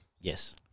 Yes